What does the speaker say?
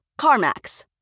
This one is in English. carmax